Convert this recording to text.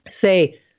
say